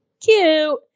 cute